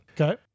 Okay